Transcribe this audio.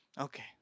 okay